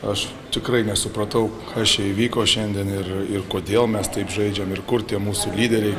aš tikrai nesupratau kas čia įvyko šiandien ir ir kodėl mes taip žaidžiam ir kur tie mūsų lyderiai